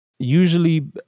Usually